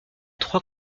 trois